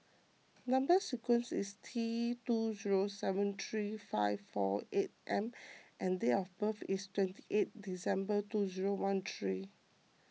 Number Sequence is T two zero seven three five four eight M and date of birth is twenty eighth December two zero one three